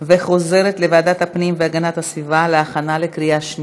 לוועדת הפנים והגנת הסביבה נתקבלה.